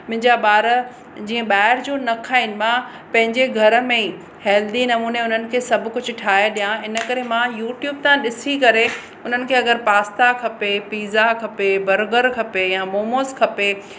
मुंहिंजा ॿार जीअं ॿाहिरि जो न खाईंदा पंहिंजे घर में ई हेल्दी नमूने उन्हनि खे सभु कुझु ठाहे ॾिया इन करे मां यूट्यूब सां ॾिसी करे उन्हनि खे अगरि पास्ता खपे पिज़ा खपे बर्गर खपे या मोमोज़ खपे